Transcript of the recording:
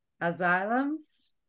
Asylums